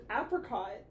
apricot